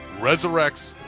resurrects